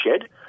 shed